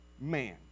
man